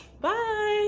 Bye